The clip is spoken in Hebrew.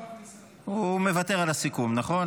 הוא מוותר על הסיכום, נכון?